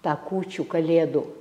tą kūčių kalėdų